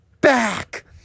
back